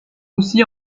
aussi